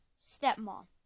Stepmom